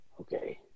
Okay